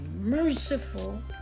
merciful